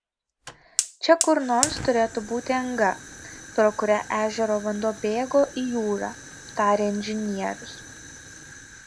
čia kur nors turėtų būti anga pro kurią ežero vanduo bėgo į jūrą tarė inžinierius